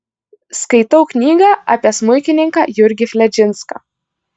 skaitau knygą apie smuikininką jurgį fledžinską